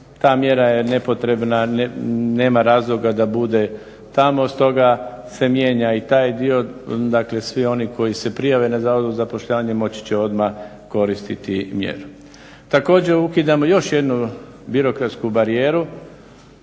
Ta mjera je nepotrebna. Nema razloga da bude tamo, stoga se mijenja i taj dio. Dakle svi oni koji se prijave na Zavodu za zapošljavanje moći će odmah koristiti mjeru. Također ukidamo još jednu birokratsku barijeru,